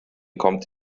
kommt